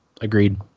Agreed